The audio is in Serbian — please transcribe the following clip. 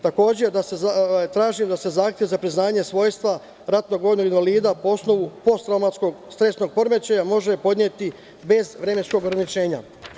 Takođe, tražim da se zahtev za priznanje svojstva ratnog vojnog invalida po osnovu posttraumatskog stresnog poremećaja može podneti bez vremenskog ograničenja.